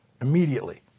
Immediately